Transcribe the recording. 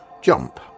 jump